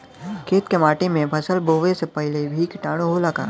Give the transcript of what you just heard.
खेत के माटी मे फसल बोवे से पहिले भी किटाणु होला का?